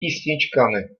písničkami